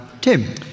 Tim